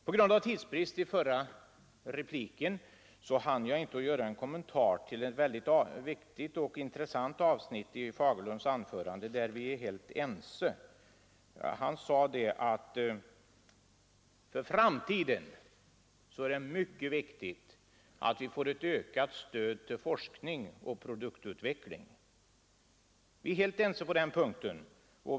På grund av tidsbrist hann jag inte i min förra replik göra en kommentar till ett mycket väsentligt och intressant avsnitt av herr Fagerlunds anförande, där vi är helt överens. Han sade att för framtiden är det mycket viktigt att vi får ett ökat stöd till forskning och produktutveckling. Vi är helt ense på den punkten.